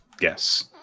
Yes